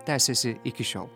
tęsiasi iki šiol